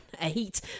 eight